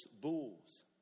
bulls